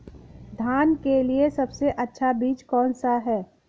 धान के लिए सबसे अच्छा बीज कौन सा है?